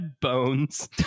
bones